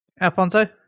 Alfonso